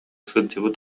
сылдьыбыт